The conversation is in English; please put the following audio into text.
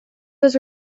was